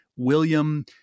William